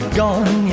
gone